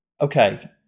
okay